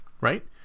right